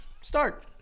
Start